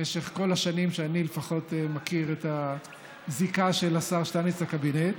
לפחות משך כל השנים שאני מכיר את הזיקה של השר שטייניץ לקבינט: